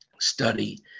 study